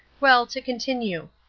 well, to continue.